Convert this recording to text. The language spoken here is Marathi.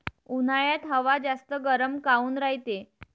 उन्हाळ्यात हवा जास्त गरम काऊन रायते?